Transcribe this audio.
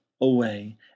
away